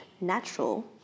natural